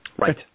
Right